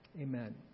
Amen